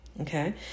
Okay